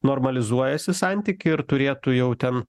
normalizuojasi santykiai ir turėtų jau ten